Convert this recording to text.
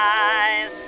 eyes